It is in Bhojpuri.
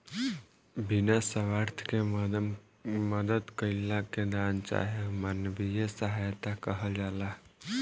बिना स्वार्थ के मदद कईला के दान चाहे मानवीय सहायता कहल जाला